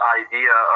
idea